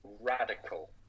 radical